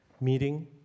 meeting